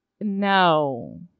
no